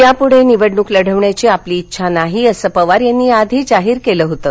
यापुढे निवडणूक लढवण्याची आपली इच्छा नाही असं पवार यांनी याआधी जाहीर केलं होतं